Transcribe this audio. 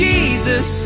Jesus